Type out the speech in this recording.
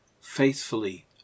faithfully